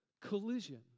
collision